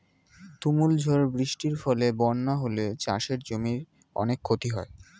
তুমুল ঝড় বৃষ্টির ফলে বন্যা হলে চাষের জমির অনেক ক্ষতি হয়